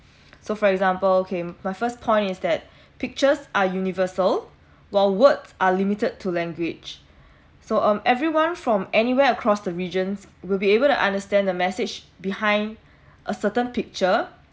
so for example okay my first point is that pictures are universal while words are limited to language so um everyone from anywhere across the regions will be able to understand the message behind a certain picture